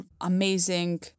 Amazing